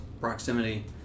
proximity